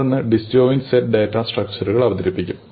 തുടർന്ന് disjoint set data സ്ട്രക്ചറുകൾ അവതരിപ്പിക്കും